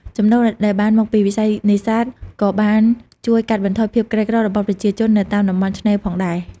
ចំណូលដែលបានមកពីវិស័យនេសាទក៏បានជួយកាត់បន្ថយភាពក្រីក្ររបស់ប្រជាជននៅតាមតំបន់ឆ្នេរផងដែរ។